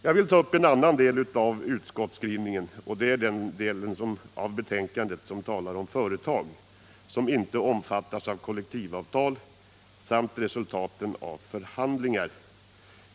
Jag vill ta upp en annan del av utskottets betänkande, nämligen den del där man talar om företag som inte omfattas av kollektivavtal samt resultaten av förhandlingar.